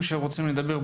קסניה אפשטיין, מתמחה,